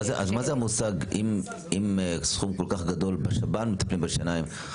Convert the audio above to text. אם סכום כל כך גדול בשב"ן מטפלים בשיניים,